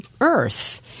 Earth